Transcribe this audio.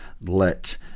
let